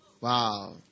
Wow